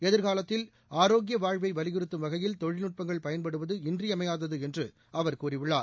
எதிர்காலத்தில் ஆரோக்ய வாழ்வை வலியுறுத்தும் வகையில் தொழில்நுட்பங்கள் பயன்படுவது இன்றியமையாதது என்று அவர் கூறியுள்ளார்